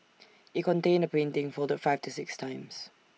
IT contained A painting folded five to six times